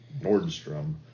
Nordstrom